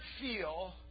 feel